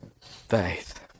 faith